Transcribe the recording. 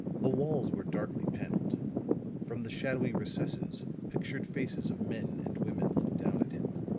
the walls were darkly paneled from the shadowy recesses pictured faces of men and women looked down at him.